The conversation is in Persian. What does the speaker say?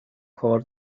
کار